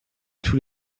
tous